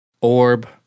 orb